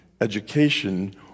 education